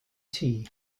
tea